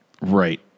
right